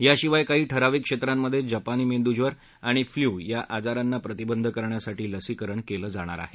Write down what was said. याशिवाय काही ठराविक क्षेत्रांमध्ये जपानी मेंदुज्वर आणि फ्ल्यू या आजारांना प्रतिबंध करण्यासाठी लसीकरण केलं जाणार आहे